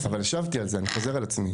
אבל השבתי על זה, אני חוזר על עצמי.